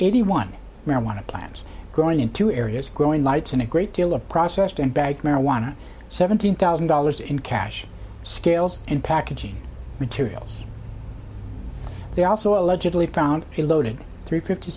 eighty one marijuana plants growing in two areas growing lights and a great deal of processed and bag marijuana seventeen thousand dollars in cash scales and packaging materials they also allegedly found a loaded three fifty